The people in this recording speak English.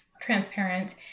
transparent